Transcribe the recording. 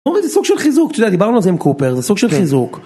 זה סוג של חיזוק, את יודעת, דיברנו על זה עם קופר, זה סוג של חיזוק.